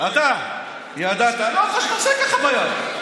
אתה ידעת, לא חשוב, תעשה ככה ביד.